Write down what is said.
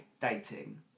dating